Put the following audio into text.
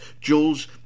Jules